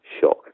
shock